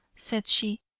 said she,